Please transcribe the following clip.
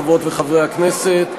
חברות וחברי הכנסת,